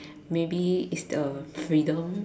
maybe is the freedom